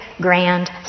grand